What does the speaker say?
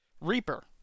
Reaper